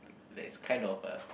that is kind of uh